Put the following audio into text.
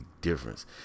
difference